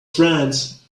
france